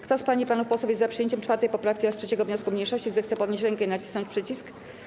Kto z pań i panów posłów jest za przyjęciem 4. poprawki oraz 3. wniosku mniejszości, zechce podnieść rękę i nacisnąć przycisk.